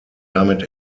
damit